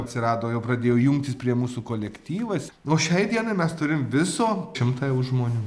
atsirado jau pradėjo jungtis prie mūsų kolektyvas o šiai dienai mes turim viso šimtą jau žmonių